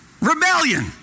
Rebellion